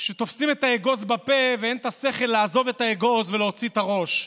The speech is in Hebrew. שתופסים את האגוז בפה ואין שכל לעזוב את האגוז ולהוציא את הראש.